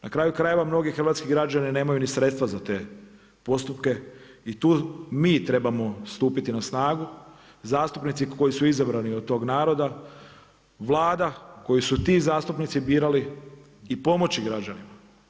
Na kraju krajeva mnogi hrvatski građani nemaju ni sredstva za te postupke i tu mi trebamo stupiti na snagu, zastupnici koji su izabrani od tog naroda, Vlada koju su ti zastupnici birali i pomoći građanima.